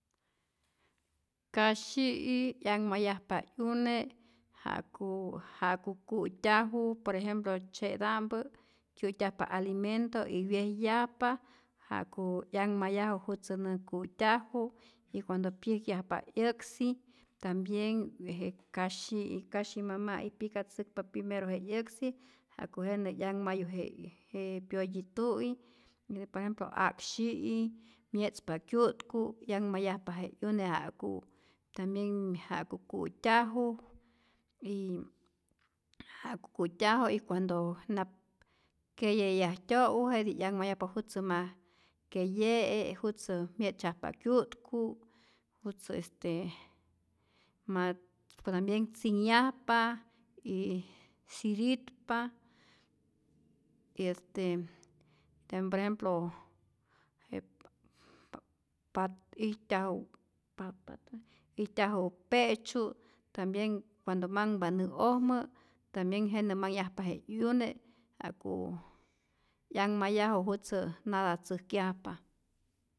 Kasyi'i 'yanhmayajpa 'yune ja'ku ja'ku ku'tyaju, por ejemplo tzye'ta'mpä kyu'tyajpa alimento y wyejyajpa ja'ku 'yanmayaju jutzä nä ku'tyaju y cuando pyäjkyajpa 'yäksi tambien je kasyi'i kasyi mama'i pyicatzäkpa primero je 'yäksi ja'ku jenä 'yanhmayu je je pyoyitu'i, y por ejemplo a'ksyi'i mye'tzpa kyu'tku,'yanhmayajpa je 'yune ja'ku tambien ja'ku ku'tyaju y ja'ku ku'tyaju y cuando nap keyeyajtyo'u jetij 'yanhmayajpa jutzä ma keye'e', jutzä mye'tzyajpa kyu'tku, jutzä este ma tambien tzinhyajpa, y sititpa y este tem prejemplo je pa ijtyaju pata ijtyaju pe'tzyu' tambien cuando manhpa nä'ojmä tambien jenä manhyajpa je 'yune ja'ku 'yanhmayaju jutzä nadatzäjkyajpa.